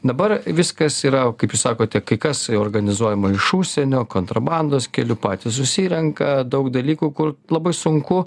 dabar viskas yra kaip jūs sakote kai kas organizuojama iš užsienio kontrabandos keliu patys susirenka daug dalykų kur labai sunku